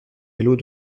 vélos